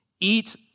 Eat